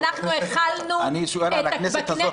ואנחנו החלנו את ההסכם הזה -- אני שואל על הכנסת הזאת,